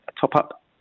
top-up